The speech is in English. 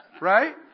Right